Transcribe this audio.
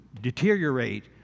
deteriorate